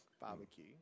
barbecue